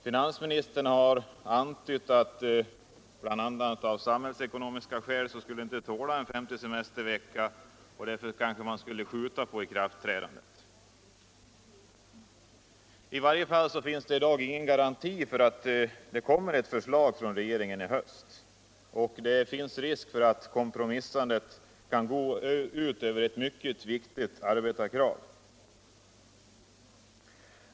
Finansministern har antytt att samhällsekonomin inte skulle tåla en femte semestervecka. Därför borde man kanske skjuta på ikraftträdandet. I varje fall finns i dag ingen garanti för att regeringen framlägger ett förslag i höst. Det finns risk för att kompromissandet kan gå ut över ett mycket viktigt arbetarkrav.